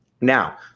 Now